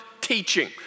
teaching